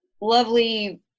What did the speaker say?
lovely